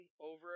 over